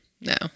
no